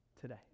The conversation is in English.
today